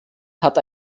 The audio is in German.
hat